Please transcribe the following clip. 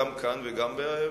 גם כאן וגם בארצות-הברית.